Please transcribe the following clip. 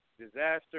Disaster